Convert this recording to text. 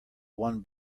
one